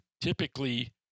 typically